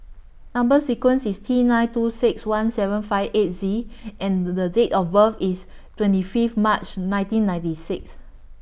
Number sequence IS T nine two six one seven five eight Z and The Date of birth IS twenty Fifth March nineteen ninety six